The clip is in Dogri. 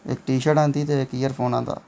इक्क टीशर्ट आंह्दी ते इक्क ईयरफोन आंह्दा